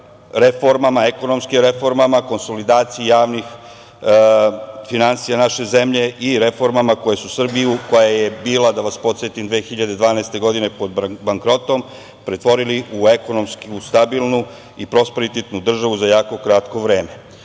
doprinos ekonomskim reformama konsolidaciji javnih finansija naše zemlje i reformama koje su Srbiju, koja je bila, da vas podsetim, 2012. godine pod bankrotom, pretvorili u ekonomski stabilnu i prosperitetnu državu za jako kratko vreme. Ući